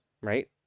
Right